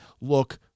look